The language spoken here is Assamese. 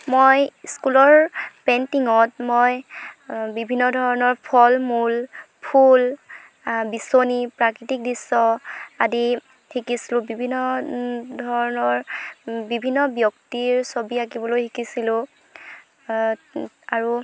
মই স্কুলৰ পেইন্টিঙত মই বিভিন্ন ধৰণৰ ফল মূল ফুল বিচনী প্ৰাকৃতিক দৃশ্য আদি শিকিছিলোঁ বিভিন্ন ধৰণৰ বিভিন্ন ব্যক্তিৰ ছবি আঁকিবলৈ শিকিছিলোঁ আৰু